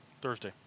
Thursday